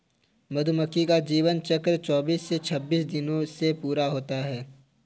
मधुमक्खी का जीवन चक्र चौबीस से छब्बीस दिनों में पूरा होता है